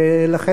ולכן,